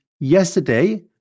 Yesterday